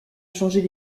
changer